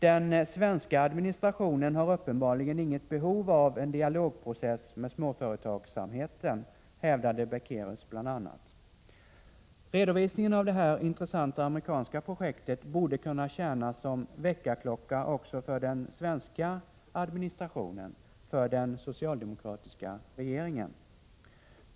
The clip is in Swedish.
”Den svenska administrationen har uppenbarligen inget behov av en dialogprocess med småföretagsamheten”, hävdade Beckérus bl.a. Redovisningen av det här intressanta amerikanska projektet borde kunna tjäna som väckarklocka också för den svenska administrationen, för den socialdemokratiska regeringen.